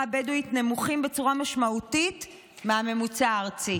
הבדואית נמוכים בצורה משמעותית מהממוצע הארצי.